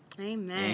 Amen